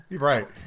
right